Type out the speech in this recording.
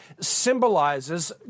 symbolizes